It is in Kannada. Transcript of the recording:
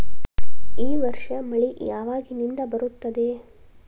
ಈ ವರ್ಷ ಮಳಿ ಯಾವಾಗಿನಿಂದ ಬರುತ್ತದೆ?